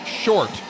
short